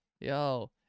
Yo